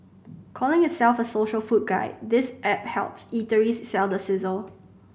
calling itself a social food guide this app helps eateries sell the sizzle